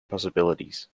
possibilities